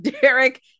Derek